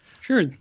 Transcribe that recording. sure